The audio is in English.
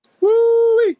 woo